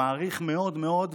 אני מעריך מאוד מאוד,